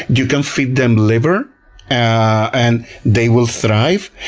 you can feed them liver and they will thrive.